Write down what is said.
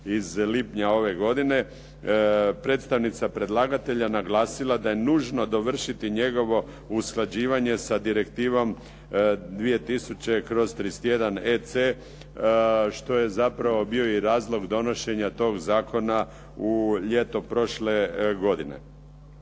iz lipnja ove godine. Predstavnica predlagatelja je naglasila da je nužno dovršiti njegovo usklađivanje sa direktivom 2000/31EC što je zapravo bio i razlog donošenja tog zakona u ljeto prošle godine.